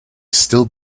still